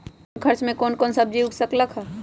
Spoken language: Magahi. कम खर्च मे कौन सब्जी उग सकल ह?